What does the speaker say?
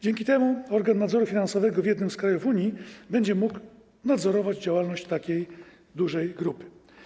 Dzięki temu organ nadzoru finansowego w jednym z krajów Unii będzie mógł nadzorować działalność takiej dużej grupy.